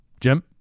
Jim